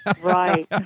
Right